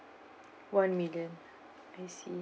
one million I see